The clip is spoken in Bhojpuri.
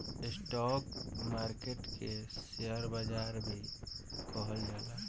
स्टॉक मार्केट के शेयर बाजार भी कहल जाला